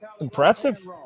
impressive